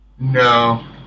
No